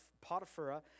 Potiphar